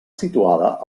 situada